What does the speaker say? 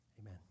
Amen